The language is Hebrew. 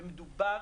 ומדובר